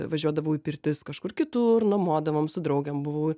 važiuodavau į pirtis kažkur kitur nuomuodavom su draugėm buvau